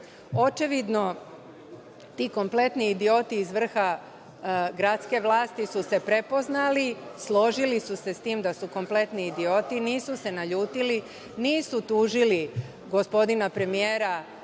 vlasti. Očevidno ti kompletni idioti iz vrha gradske vlasti su se prepoznali, složili su se s tim da su kompletni idioti i nisu se naljutili, nisu tužili gospodina premijera